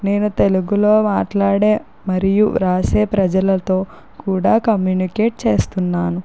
నేను తెలుగులో మాట్లాడే మరియు రాసే ప్రజలతో కూడా కమ్యూనికేట్ చేస్తున్నాను